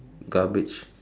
garbage